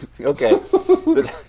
Okay